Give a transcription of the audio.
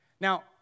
Now